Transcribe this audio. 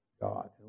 God